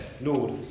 Lord